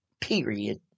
Period